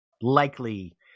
likely